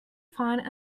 find